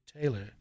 Taylor